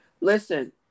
Listen